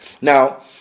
Now